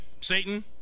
Satan